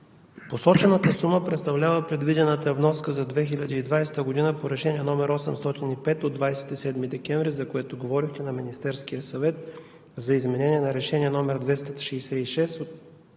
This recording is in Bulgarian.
Посочената сума представлява предвидената вноска за 2020 г. по Решение № 805 от 27 декември 2019 г., за което говорехте, на Министерския съвет за изменение на Решение № 266 на